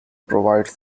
provides